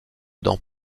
dans